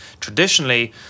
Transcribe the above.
traditionally